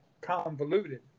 convoluted